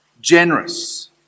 generous